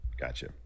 Gotcha